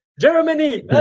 Germany